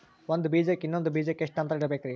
ಒಂದ್ ಬೀಜಕ್ಕ ಇನ್ನೊಂದು ಬೀಜಕ್ಕ ಎಷ್ಟ್ ಅಂತರ ಇರಬೇಕ್ರಿ?